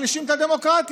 מחלישים את הדמוקרטיה.